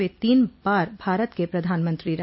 व तीन बार भारत के प्रधानमंत्री रहे